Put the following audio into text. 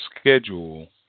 schedule